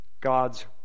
God's